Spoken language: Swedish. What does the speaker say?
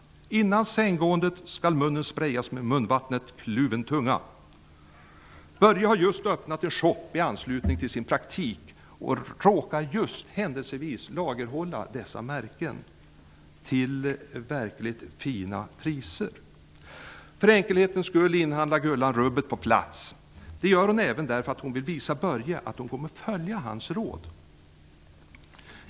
Innan sänggåendet skall munnen sprejas med munvattnet ''Kluven tunga''. Börje har just öppnat en shop i anslutning till sin praktik och råkar händelsevis lagerhålla just dessa märken till verkligt fina priser. För enkelhetens skull inhandlar Gullan rubbet på plats. Det gör hon även därför att hon vill visa Börje att hon kommer att följa hans råd.